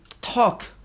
talk